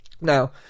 Now